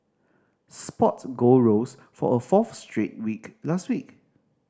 spot gold rose for a fourth straight week last week